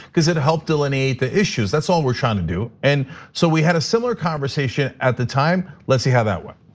cuz it helped delineate the issues. that's all we're trying to do, and so we had a similar conversation at the time. let's see how that went.